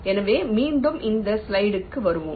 எனவே மீண்டும் இந்த ஸ்லைடிற்கு வருவோம்